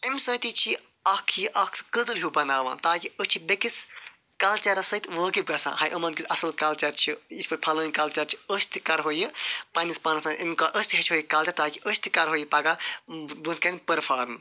اَمہِ سۭتی چھُ یہِ اَکھ یہِ اَکھ کٔدٕل ہیٛو بناوان تاکہِ أسۍ چھِ بیٚکِس کلچرس سۭتۍ وٲقف گژھان ہَے یِمن کیٛتھ اصٕل کلچر چھُ یتھ پٲٹھۍ فلٲنۍ کلچر چھُ أسۍ تہِ کرہاو یہ پننِس پانَس منٛز أسۍ تہِ ہیٚچھی ہاو یہِ کلچر تاکہِ أسۍ تہِ کرہاو یہ پگاہ بُتھہِ کٔنۍ پٔرفارٕم